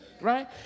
right